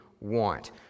want